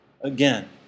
again